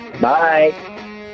Bye